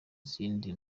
izindi